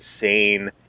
insane